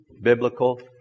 biblical